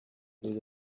did